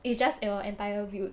it's just your entire built